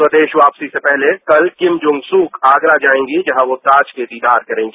स्वदेश वापसी से पहले कल किम जोंग सू आगरा जाएंगी जहां यो ताज का दीदार करेंगी